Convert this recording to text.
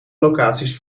locaties